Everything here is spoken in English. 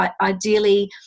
Ideally